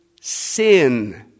sin